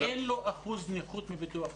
אין לו אחוזי נכות מביטוח לאומי.